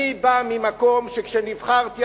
אני בא ממקום שכשנבחרתי,